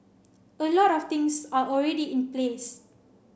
a lot of things are already in place